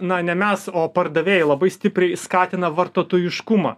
na ne mes o pardavėjai labai stipriai skatina vartotojiškumą